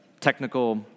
technical